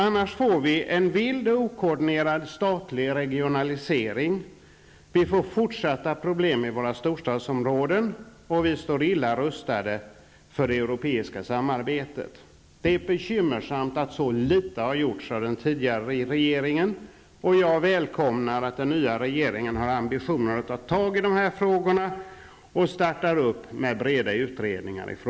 Annars får vi en vild och okoordinerad statlig regionalisering med fortsatta problem i våra storstadsområden, och vi står illa rustade för det europeiska samarbetet. Det är bekymmersamt att så litet gjorts av den tidigare regeringen. Jag välkomnar att den nya regeringen har ambitioner att ta tag i dessa frågor och starta upp med breda utredningar.